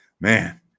Man